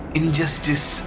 injustice